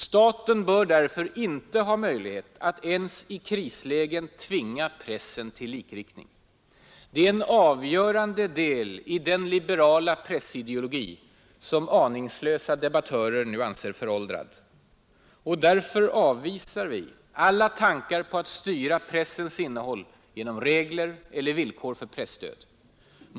Staten bör därför inte ha möjlighet att ens i krislägen tvinga pressen till likriktning. Det är en avgörande del i den liberala pressideologi som aningslösa debattörer nu anser föråldrad. Och därför avvisar vi alla tankar på att styra pressens innehåll genom regler eller villkor för presstöd.